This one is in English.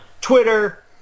Twitter